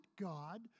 God